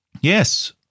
yes